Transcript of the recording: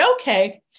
okay